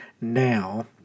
now